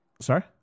Sorry